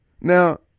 Now